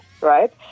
right